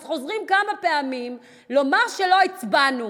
אז חוזרים כמה פעמים לומר שלא הצבענו.